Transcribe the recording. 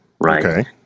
right